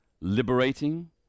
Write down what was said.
liberating